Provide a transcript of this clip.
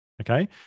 okay